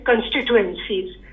constituencies